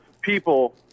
people